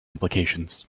implications